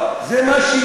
אני אומר לך,